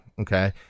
okay